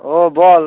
ও বল